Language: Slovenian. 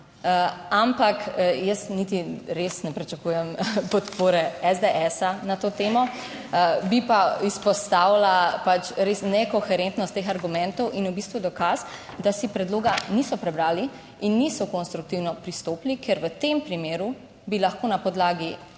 ampak jaz niti res ne pričakujem podpore SDS na to temo. Bi pa izpostavila pač res nekoherentnost teh argumentov in v bistvu dokaz, da si predloga niso prebrali in niso konstruktivno pristopili, ker v tem primeru bi lahko na podlagi